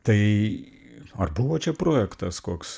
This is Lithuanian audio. tai ar buvo čia projektas koks